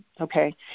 okay